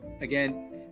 again